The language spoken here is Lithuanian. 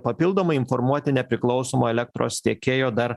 papildomai informuoti nepriklausomo elektros tiekėjo dar